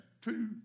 two